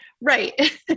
right